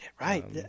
Right